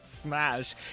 smash